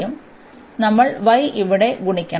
അതിനാൽ നമ്മൾ ഇവിടെ ഗുണിക്കണം